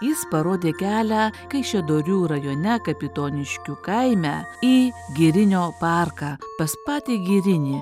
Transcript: jis parodė kelią kaišiadorių rajone kapitoniškių kaime į girinio parką pas patį girinį